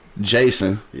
Jason